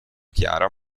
chiara